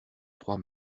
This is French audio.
trois